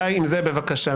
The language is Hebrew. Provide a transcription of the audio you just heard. די עם זה, בבקשה.